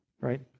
right